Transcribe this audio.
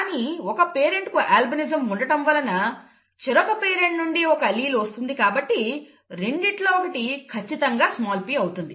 కానీ ఒక పేరెంట్ కు అల్బినిజం ఉండటం వలన చెరొక పేరెంట్ నుండి ఒక అల్లీల్ వస్తుంది కాబట్టి రెండిట్లో ఒకటి కచ్చితంగా స్మాల్ p అవుతుంది